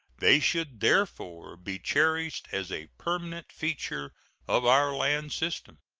they should therefore be cherished as a permanent feature of our land system.